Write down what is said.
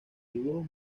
dibujos